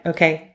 Okay